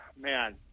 man